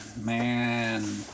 Man